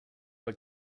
but